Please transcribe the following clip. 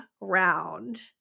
round